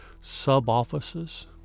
sub-offices